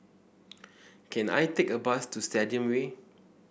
can I take a bus to Stadium Way